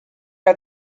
are